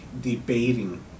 debating